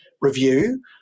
review